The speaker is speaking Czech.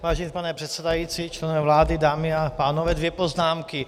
Vážený pane předsedající, členové vlády, dámy a pánové, dvě poznámky.